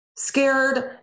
scared